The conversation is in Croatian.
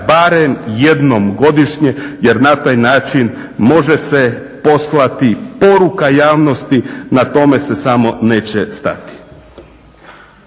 barem jednom godišnje jer na taj način može se poslati poruka javnosti na tome se samo neće stati.